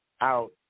out